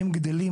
הם גדלים,